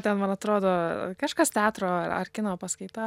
ten man atrodo kažkas teatro a ar kino paskaita